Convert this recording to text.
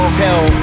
tell